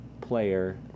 player